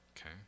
Okay